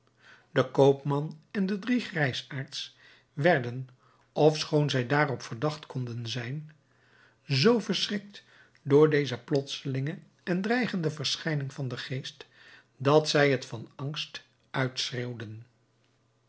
de koopman en de drie grijsaards werden ofschoon zij daarop verdacht konden zijn zoo verschrikt door deze plotselinge en dreigende verschijning van den geest dat zij het van angst uitschreeuwden